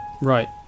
Right